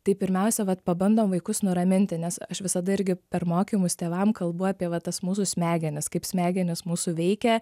tai pirmiausia vat pabandom vaikus nuraminti nes aš visada irgi per mokymus tėvam kalbu apie va tas mūsų smegenis kaip smegenys mūsų veikia